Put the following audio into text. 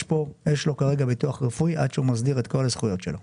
יש לו כרגע ביטוח רפואי עד שהוא מסדיר את כל הזכויות שלו.